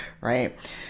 right